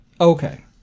Okay